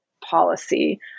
policy